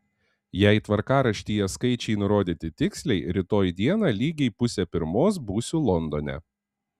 jei tvarkaraštyje skaičiai nurodyti tiksliai rytoj dieną lygiai pusę pirmos būsiu londone